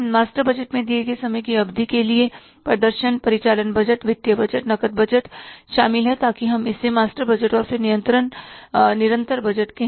master budget में दिए गए समय की अवधि के लिए प्रदर्शन परिचालन बजट वित्तीय बजट नकद बजट शामिल है ताकि हम इसे मास्टर बजट और फिर निरंतर बजट कहें